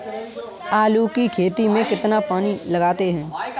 आलू की खेती में कितना पानी लगाते हैं?